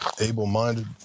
able-minded